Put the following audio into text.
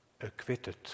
Acquitted